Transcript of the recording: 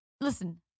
listen